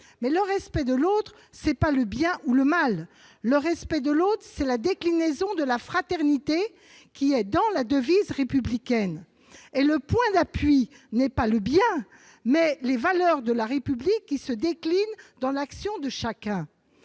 le respect de l'autre, ce n'est pas le bien ou le mal : c'est la déclinaison de la fraternité qui figure dans la devise républicaine. Le point d'appui est non pas le bien, mais les valeurs de la République qui se déclinent dans l'action de chacun.